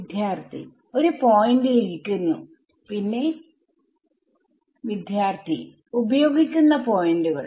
വിദ്യാർത്ഥി ഒരു പോയിന്റിൽ ഇരിക്കുന്നു പിന്നെ വിദ്യാർത്ഥി ഉപയോഗിക്കുന്ന പോയിന്റുകൾ